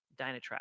Dynatrap